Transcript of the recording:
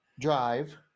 Drive